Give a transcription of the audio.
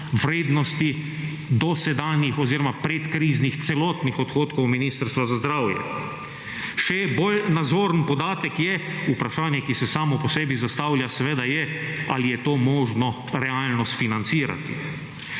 vrednosti dosedanjih oziroma predkriznih celotnih odhodkov Ministrstva za zdravje. Še bolj nazoren podatek je, vprašanje ki se samo po sebi zastavlja seveda je, ali je to možno realno sfinancirati.